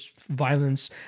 violence